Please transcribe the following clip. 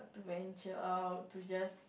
venture out to just